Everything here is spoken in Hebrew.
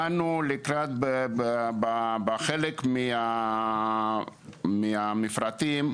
באנו לקראת בחלק מהמפרטים,